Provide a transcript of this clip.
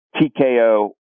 TKO